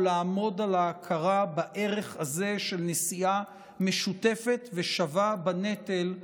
או לעמוד על ההכרה בערך הזה של נשיאה משותפת ושווה בנטל,